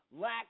Lack